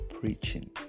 preaching